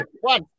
One